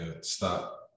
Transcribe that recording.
stop